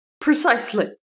Precisely